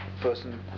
person